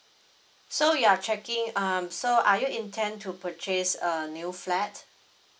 so you're checking um so are you intend to purchase a new flat